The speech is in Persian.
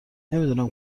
نمیدونم